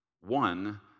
One